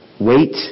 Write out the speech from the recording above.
Wait